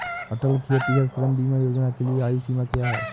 अटल खेतिहर श्रम बीमा योजना के लिए आयु सीमा क्या है?